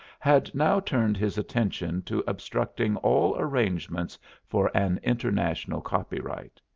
had now turned his attention to obstructing all arrangements for an international copyright.